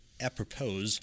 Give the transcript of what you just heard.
apropos